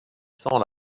sans